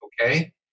okay